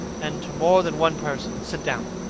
and to more than one person. sit down.